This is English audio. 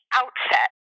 outset